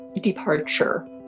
departure